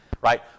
right